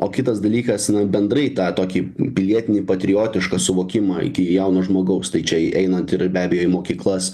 o kitas dalykas na bendrai tą tokį pilietinį patriotišką suvokimą iki jauno žmogaus tai čia einant ir be abejo į mokyklas